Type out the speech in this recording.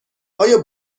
آیا